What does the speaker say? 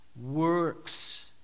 works